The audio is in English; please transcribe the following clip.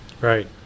Right